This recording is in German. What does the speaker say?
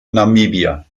namibia